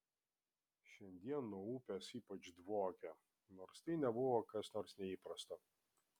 šiandien nuo upės ypač dvokė nors tai nebuvo kas nors neįprasto